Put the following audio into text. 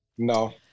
No